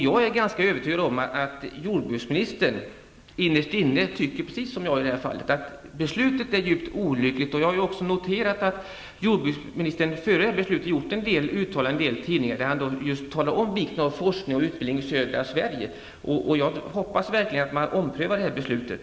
Jag är övertygad om att jordbruksministern innerst inne tycker precis som jag att beslutet är djupt olyckligt. Jag har också noterat att jordbruksministern tidigare, innan beslutet fattades, har gjort en del uttalanden i tidningar där han talade om vikten av forskning och utbildning i södra Sverige. Jag hoppas verkligen att beslutet skall omprövas.